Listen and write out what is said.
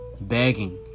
begging